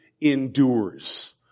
endures